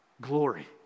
glory